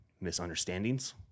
misunderstandings